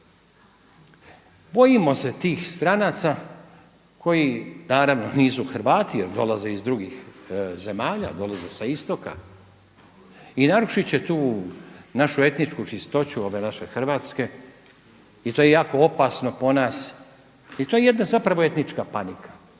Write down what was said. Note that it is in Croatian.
Bojimo se tih stranaca koji naravno nisu Hrvati jer dolaze iz drugih zemalja, dolaze sa istoka. I narušit će tu našu etničku čistoću ove naše Hrvatske i to je jako opasno po nas i to je zapravo jedna etnička panika